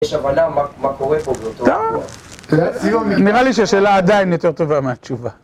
יש הבנה מה קורה פה באותו אופן. טוב, נראה לי שהשאלה עדיין יותר טובה מהתשובה.